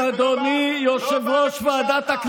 לא באה לפגישה אחת.